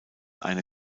eine